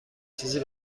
چیزی